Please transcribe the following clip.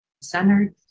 centered